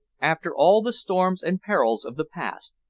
after all the storms and perils of the past,